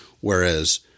Whereas